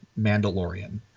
mandalorian